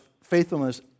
faithfulness